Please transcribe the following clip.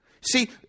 See